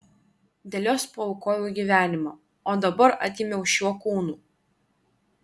dėl jos paaukojau gyvenimą o dabar atgimiau šiuo kūnu